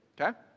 Okay